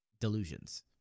Delusions